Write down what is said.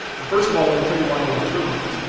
and first of all, let me tell you why i like turbines.